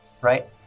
right